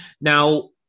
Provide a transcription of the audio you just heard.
Now